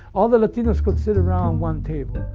all the latinos could sit around one table.